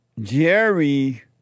Jerry